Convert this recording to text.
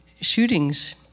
shootings